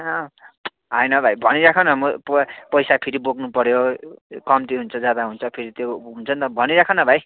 कहाँ होइन हौ भाइ भनिराख न म प पैसा फेरि बोक्नुपर्यो कम्ती हुन्छ ज्यादा हुन्छ फेरि त्यो हुन्छ नि त भनिराख न भाइ